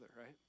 right